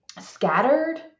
scattered